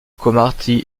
cromarty